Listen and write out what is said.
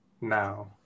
now